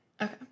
Okay